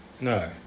No